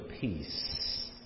peace